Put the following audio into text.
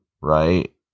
right